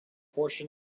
portion